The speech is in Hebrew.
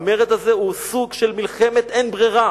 המרד הזה הוא סוג של מלחמת אין ברירה.